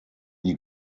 die